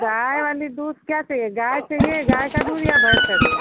गाय वाली दूध क्या चाहिए गाय चाहिए गाय का दूध या भैंस का दूध